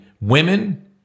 women